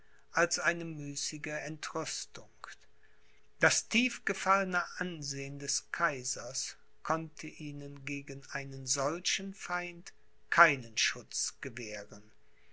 als eine müßige entrüstung das tief gefallene ansehen des kaisers konnte ihnen gegen einen solchen feind keinen schutz gewähren